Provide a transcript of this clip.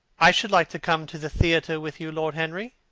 i should like to come to the theatre with you, lord henry,